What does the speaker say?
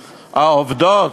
העובדות,